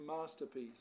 masterpiece